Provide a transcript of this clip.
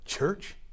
church